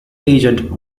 agent